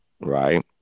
right